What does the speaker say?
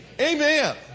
Amen